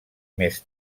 més